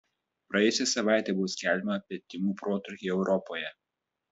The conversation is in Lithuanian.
praėjusią savaitę buvo skelbiama apie tymų protrūkį europoje